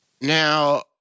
Now